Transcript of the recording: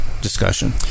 discussion